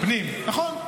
נכון.